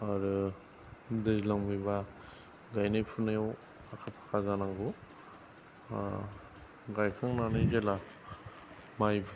आरो दैज्लां फैबा गायनाय फुनायाव आखा फाखा जानांगौ गायखांनानै जेब्ला माइ